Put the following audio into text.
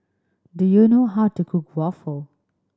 do you know how to cook waffle